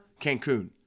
Cancun